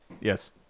Yes